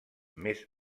més